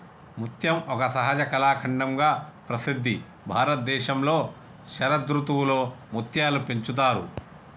ముత్యం ఒక సహజ కళాఖండంగా ప్రసిద్ధి భారతదేశంలో శరదృతువులో ముత్యాలు పెంచుతారు